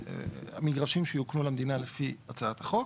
המגרשים שיוקנו למדינה לפי הצעת החוק.